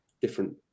different